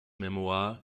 memoir